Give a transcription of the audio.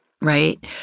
right